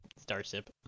starship